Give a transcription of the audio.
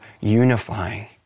unifying